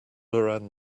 around